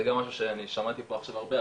זה גם משהו ששמעתי עכשיו הרבה,